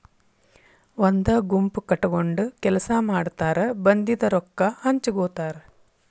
ಒಂದ ಗುಂಪ ಕಟಗೊಂಡ ಕೆಲಸಾ ಮಾಡತಾರ ಬಂದಿದ ರೊಕ್ಕಾ ಹಂಚಗೊತಾರ